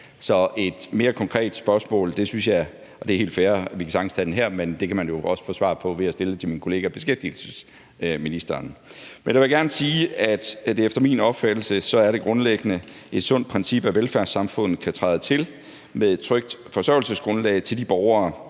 Så et mere konkret spørgsmål – og det er helt fair, vi kan sagtens tage det her – kan man jo også få svar på ved at stille det til min kollega beskæftigelsesministeren. Men jeg vil gerne sige, at det efter min opfattelse er et grundlæggende sundt princip, at velfærdssamfundet kan træde til med et trygt forsørgelsesgrundlag for de borgere,